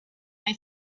they